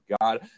God